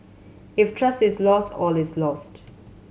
if trust is lost all is lost